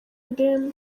ndembe